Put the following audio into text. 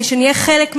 כדי שנהיה חלק מהעולם,